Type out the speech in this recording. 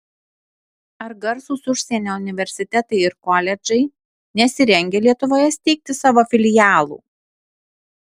ar garsūs užsienio universitetai ir koledžai nesirengia lietuvoje steigti savo filialų